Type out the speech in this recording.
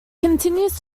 continues